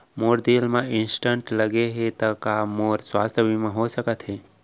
मोर दिल मा स्टन्ट लगे हे ता का मोर स्वास्थ बीमा हो सकत हे?